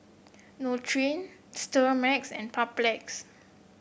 Nutren Sterimar and Papulex